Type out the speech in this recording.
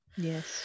yes